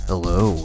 Hello